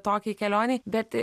tokiai kelionei bet